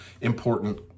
important